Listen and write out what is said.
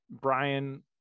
Brian